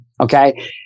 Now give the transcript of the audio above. okay